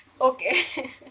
Okay